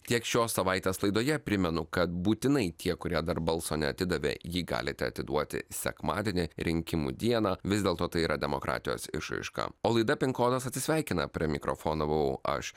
tiek šios savaitės laidoje primenu kad būtinai tie kurie dar balso neatidavė jį galite atiduoti sekmadienį rinkimų dieną vis dėlto tai yra demokratijos išraiška o laida pin kodas atsisveikina prie mikrofono buvau aš